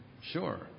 Sure